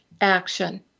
action